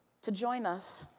to join us,